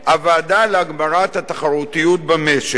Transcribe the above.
הוועדה להגברת התחרותיות במשק,